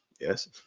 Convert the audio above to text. Yes